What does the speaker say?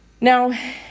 Now